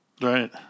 Right